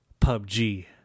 PUBG